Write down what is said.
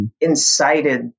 incited